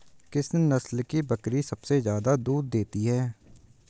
किस नस्ल की बकरी सबसे ज्यादा दूध देती है?